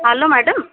hello madam